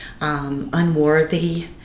unworthy